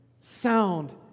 sound